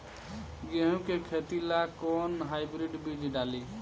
गेहूं के खेती ला कोवन हाइब्रिड बीज डाली?